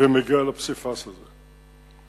ומגיע לפסיפס הזה.